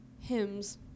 hymns